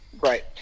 Right